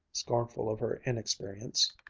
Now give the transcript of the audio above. scornful of her inexperience.